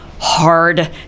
hard